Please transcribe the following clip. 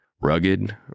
rugged